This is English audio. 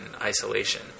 isolation